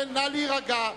נא להירגע.